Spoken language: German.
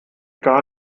gar